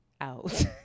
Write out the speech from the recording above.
out